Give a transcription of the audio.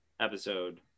episode